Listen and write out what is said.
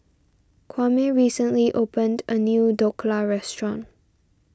Kwame recently opened a new Dhokla restaurant